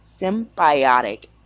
symbiotic